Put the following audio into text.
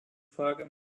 fragen